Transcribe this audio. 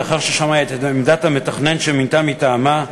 לאחר ששמעה את עמדת המתכנן שמינתה מטעמה,